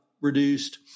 reduced